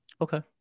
Okay